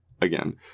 again